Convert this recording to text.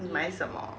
你买什么